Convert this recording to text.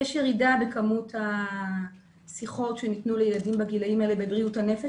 יש ירידה בכמות השיחות שניתנו לילדים בגילאים האלה בבריאות הנפש.